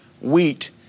wheat